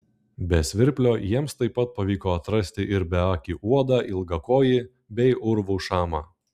be svirplio jiems taip pat pavyko atrasti ir beakį uodą ilgakojį bei urvų šamą